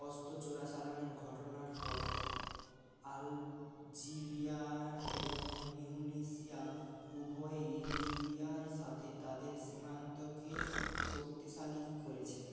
অস্ত্র চোরাচালানের ঘটনার পর আলজিরিয়া এবং তিউনিসিয়া উভয়ই লিবিয়ার সাথে তাদের সীমান্তকে শক্তিশালী করেছে